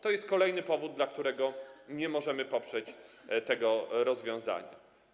To jest kolejny powód, dla którego nie możemy poprzeć tego rozwiązania.